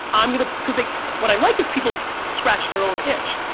um you know because like what i like is people scratch their own itch,